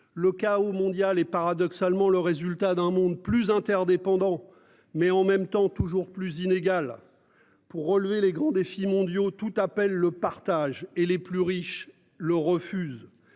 Le chaos mondial et paradoxalement le résultat d'un monde plus interdépendants. Mais en même temps toujours plus inégale pour relever les grands défis mondiaux tout appelle le partage et les plus riches le refuse